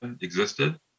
existed